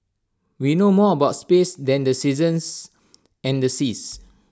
we know more about space than the seasons and the seas